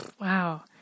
wow